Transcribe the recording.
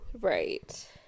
right